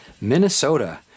Minnesota